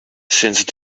since